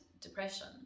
depression